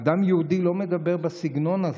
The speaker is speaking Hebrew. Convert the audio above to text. אדם יהודי לא מדבר בסגנון הזה,